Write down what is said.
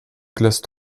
classe